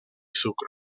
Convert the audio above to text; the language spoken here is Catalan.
sucre